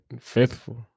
faithful